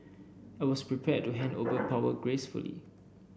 I was prepared to hand over power gracefully